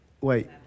Wait